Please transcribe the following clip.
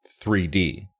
3D